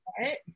right